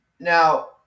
Now